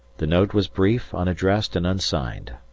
the note was brief, unaddressed and unsigned.